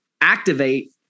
activate